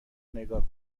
نیگا